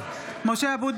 (קוראת בשמות חברי הכנסת) משה אבוטבול,